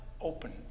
open